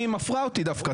היא מפרה אותי דווקא.